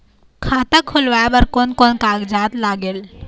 खाता खुलवाय बर कोन कोन कागजात लागेल?